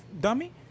dummy